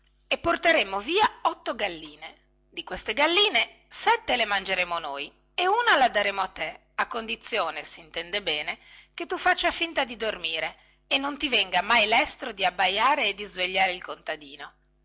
e porteremo via otto galline di queste galline sette le mangeremo noi e una la daremo a te a condizione sintende bene che tu faccia finta di dormire e non ti venga mai lestro di abbaiare e di svegliare il contadino